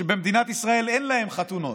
שבמדינת ישראל אין להם חתונות: